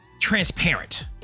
transparent